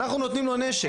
אנחנו נותנים לו נשק,